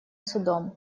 судом